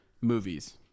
movies